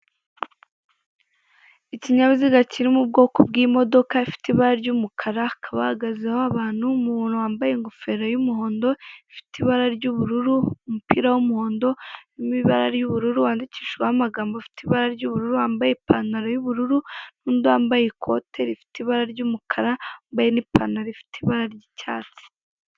Ikinyabiziga kiri mu bwoko bw'imodoka ifite ibara ry'umukara hakaba hahagazeho abantu, umuntu wambaye ingofero y'umuhondo ifite ibara ry'ubururu, umupira w'umuhondo uri mu ibara ry'ubururu wandikishijweho amagambo afite ibara ry'ubururu, wambaye ipantaro y'ubururu n'undi wambaye ikote rifite ibara ry'umukara, wambaye n'ipantaro ifite ibara ry'icyatsi.